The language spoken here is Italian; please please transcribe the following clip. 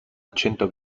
accento